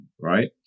right